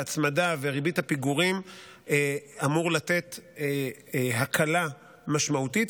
ההצמדה וריבית הפיגורים אמור לתת הקלה משמעותית.